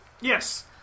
Yes